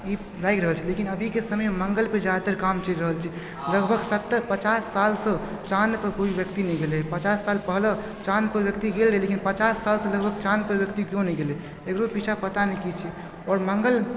ई लागि रहल छै लेकिन अभीके समयमे मंगलपे जादातर काम चलि रहल छै लगभग सत्तर पचास सालसँ चाँदपे कोई व्यक्ति नहि गेलै पचास साल पहिले चाँद पर व्यक्ति गेल रहै लेकिन पचास सालसँ लगभग चाँद पर व्यक्ति केओ नहि गेलै एकरो पीछा पता नहि की छै आओर मंगल